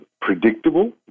predictable